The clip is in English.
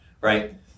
right